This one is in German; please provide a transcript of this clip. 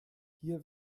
hier